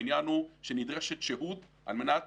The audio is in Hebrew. העניין הוא שנדרשת שהות על מנת